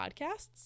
podcasts